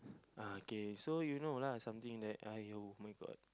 ah K so you know lah something that !aiyo! my god